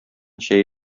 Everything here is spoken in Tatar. чәй